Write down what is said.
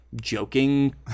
joking